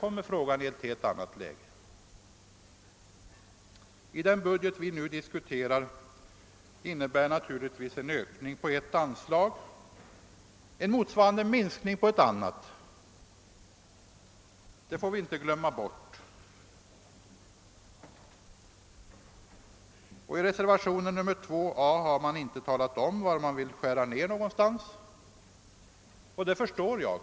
Men i den budget vi nu diskuterar innebär naturligtvis en ökning av ett anslag en motsvarande minskning av ett annat — det får vi inte glömma bort. I reservation 2 a har man inte talat om vilket anslag man vill -:skära ned, och det förstår jag.